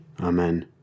Amen